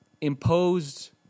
imposed